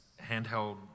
handheld